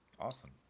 Awesome